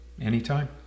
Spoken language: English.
Anytime